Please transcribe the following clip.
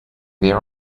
there